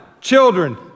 Children